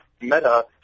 meta